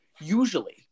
usually